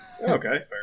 okay